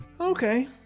Okay